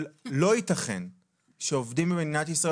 אבל לא יתכן שעובדים במדינת ישראל,